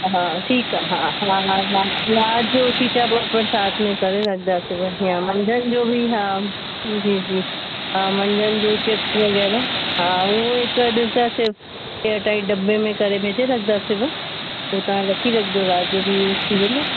हा ठीकु आहे हा हा हा हा राति जो खीचा पापड़ साथ में करे रखदासीं वरी या मंझदि जो बि हा जी जी हा मंझदि जो चिप्स वगै़रह हा उहो ई त ॾिसदासीं एयर टाइट दबे में करे भेजे रखदासीव पोइ तव्हां रखी रखिजो राति जो बि यूज थी वेंदव